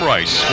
Rice